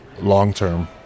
long-term